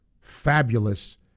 fabulous